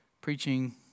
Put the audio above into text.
preaching